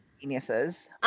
geniuses